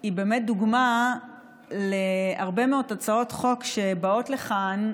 היא באמת דוגמה להרבה מאוד הצעות חוק שבאות לכאן,